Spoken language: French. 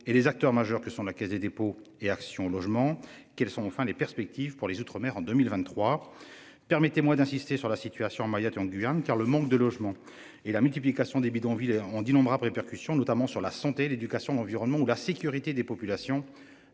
et les acteurs majeurs que sont la Caisse des dépôts et Action Logement, quelles sont enfin les perspectives pour les Outre-mer en 2023. Permettez-moi d'insister sur la situation à Mayotte et en Guyane. Car le manque de logements et la multiplication des bidonvilles en d'innombrables répercussions notamment sur la santé, l'éducation, l'environnement ou la sécurité des populations.